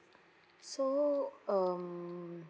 so um